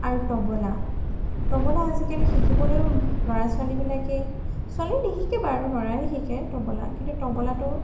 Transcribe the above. আৰু তবলা তবলা আজিকালি শিকিবলৈও ল'ৰা ছোৱালীবিলাকে ছোৱালীয়ে নিশিকে বাৰু ল'ৰাই শিকে তবলা কিন্তু তবলাটো